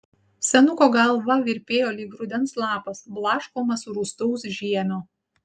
senuko galva virpėjo lyg rudens lapas blaškomas rūstaus žiemio